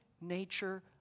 nature